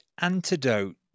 antidote